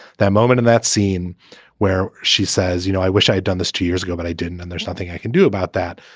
that moment in that scene where she says, you know, i wish i had done this two years ago, but i didn't. and there's nothing i can do about that.